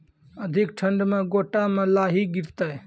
अधिक ठंड मे गोटा मे लाही गिरते?